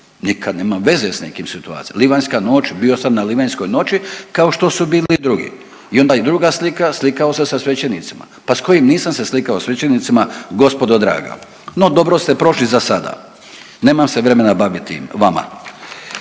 nikad nemam veze s nekim situacijama. Livanjska noć bio sam na Livanjskoj noći kao što su bili i drugi i onda i druga slika, slikao se sa svećenicima, pa s kojim nisam se slikao svećenicima gospodo draga. No, dobro ste prošli za sada. Nemam se vremena baviti vama.